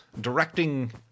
directing